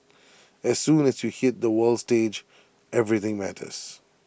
as soon as you hit the world stage everything matters